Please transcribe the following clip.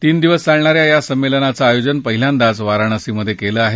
तीन दिवस चालणा या या संमेलनाचं आयोजन पहिल्यांदाच वाराणसित केलं आहे